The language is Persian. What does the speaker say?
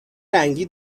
رنگی